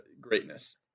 greatness